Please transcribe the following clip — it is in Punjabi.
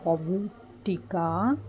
ਓਵੋ ਟੀਕਾ